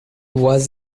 was